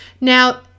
Now